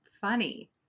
funny